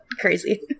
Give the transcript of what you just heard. crazy